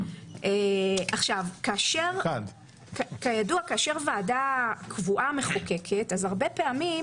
כידוע, כאשר ועדה קבועה מחוקקת, הרבה פעמים